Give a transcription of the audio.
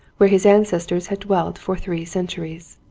where his ancestors had dwelt for three centuries.